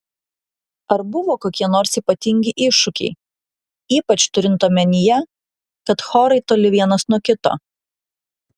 ar buvo kokie nors ypatingi iššūkiai ypač turint omenyje kad chorai toli vienas nuo kito